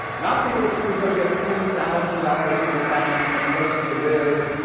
not because she was going to get ten thousand dollars in the bank and a place to live,